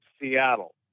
Seattle